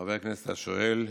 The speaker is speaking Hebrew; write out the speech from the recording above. חבר הכנסת השואל,